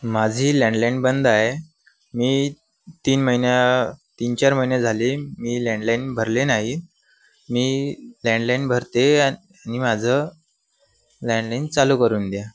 माझी लँडलाईन बंद आहे मी तीन महिन्या तीन चार महिन्या झाली मी लँडलाईन भरले नाही मी लँडलाईन भरते आणि माझं लँडलाईन चालू करून द्या